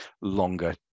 longer